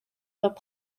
fod